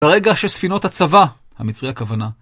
ברגע שספינות הצבא, המצרי הכוונה,